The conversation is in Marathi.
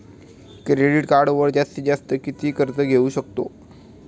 क्रेडिट कार्डवर जास्तीत जास्त किती कर्ज घेऊ शकतो?